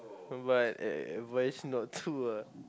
but uh but it's not true ah